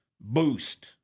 boost